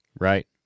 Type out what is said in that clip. Right